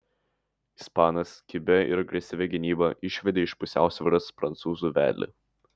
ispanas kibia ir agresyvia gynyba išvedė iš pusiausvyros prancūzų vedlį